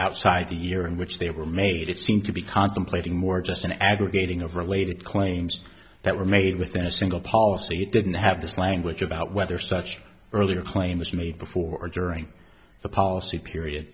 outside the year in which they were made it seem to be contemplating more just an aggregating of related claims that were made within a single policy that didn't have this language about whether such earlier claim was made before or during the policy period